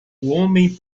homem